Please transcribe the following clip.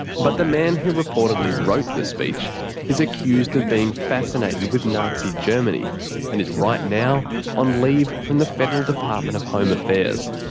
but the man who reportedly wrote the speech is accused of being fascinated with nazi germany and is right now on leave from the federal department of home affairs.